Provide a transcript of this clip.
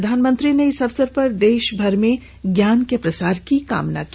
प्रधानमंत्री ने इस अवसर पर देश भर में ज्ञान के प्रसार की कामना की